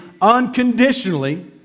unconditionally